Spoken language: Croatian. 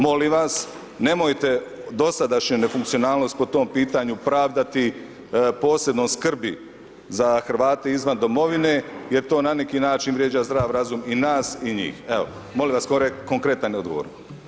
Molim vas, nemojte dosadašnju nefunkcionalnost po tom pitanju pravdati posebnom skrbi za Hrvate izvan domovine jer to na neki način vrijeđa zdrav razum i nas i njih, evo, molim vas konkretan odgovor.